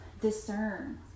discern